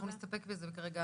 אנחנו נסתפק בזה כרגע,